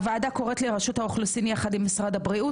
הוועדה קוראת לרשות האוכלוסין יחד עם משרד הבריאות